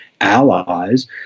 allies